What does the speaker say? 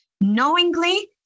knowingly